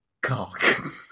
cock